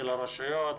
של הרשויות.